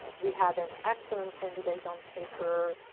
we had an excellent candidate on paper,